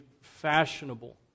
fashionable